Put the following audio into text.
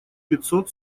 пятьсот